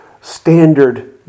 standard